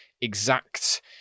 exact